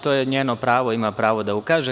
To je njeno pravo, ima pravo da ukaže.